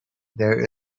there